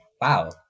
Wow